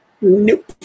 Nope